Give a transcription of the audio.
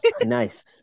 Nice